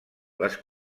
les